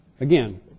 Again